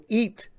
eat